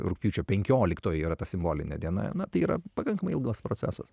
rugpjūčio penkioliktoji yra ta simbolinė diena na tai yra pakankamai ilgas procesas